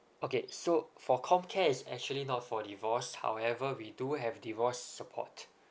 okay so for comcare is actually not for divorce however we do have divorce support